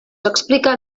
explicar